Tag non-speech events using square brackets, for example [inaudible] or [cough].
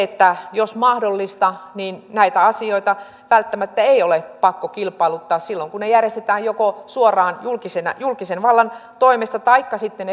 jos mahdollista niin näitä asioita välttämättä ei ole pakko kilpailuttaa silloin kun ne järjestetään joko suoraan julkisen vallan toimesta taikka sitten [unintelligible]